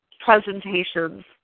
presentations